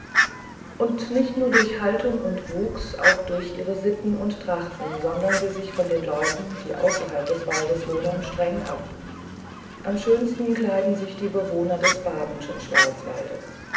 und nicht nur durch haltung und wuchs auch durch ihre sitten und trachten sondern sie sich von den leuten die außerhalb des waldes wohnen streng ab am schönsten kleiden sich die bewohner des badenschen schwarzwaldes